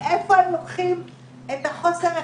מאיפה הם לוקחים את חוסר האכפתיות?